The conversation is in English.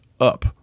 up